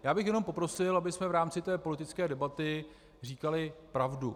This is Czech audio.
Já bych jenom poprosil, abychom v rámci politické debaty říkali pravdu.